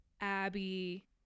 Abby